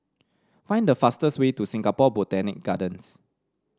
find the fastest way to Singapore Botanic Gardens